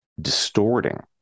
distorting